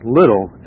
little